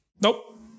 Nope